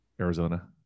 Arizona